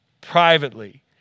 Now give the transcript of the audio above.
privately